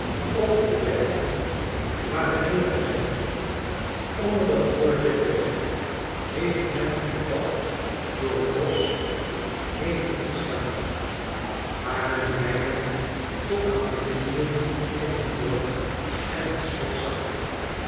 op den weg waren neergezet onder dat woordje weg heeft men een pad door t bosch heen te verstaan waar men bijna tot aan de knieen in de modder en t slik zakte